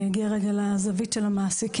אני אגיע רגע לזווית של המעסיקים.